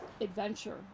adventure